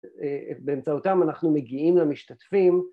‫באמצעותם אנחנו מגיעים למשתתפים.